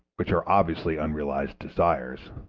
which are obviously unrealized desires,